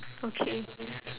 okay